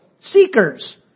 seekers